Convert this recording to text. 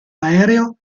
aereo